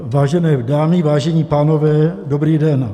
Vážené dámy, vážení pánové, dobrý den.